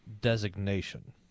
designation